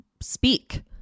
speak